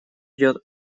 идет